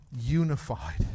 unified